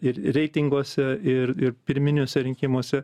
ir reitinguose ir ir pirminiuose rinkimuose